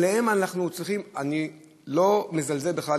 עליהם אנחנו צריכים, אני לא מזלזל בכלל.